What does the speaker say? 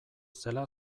zela